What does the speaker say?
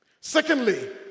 secondly